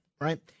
right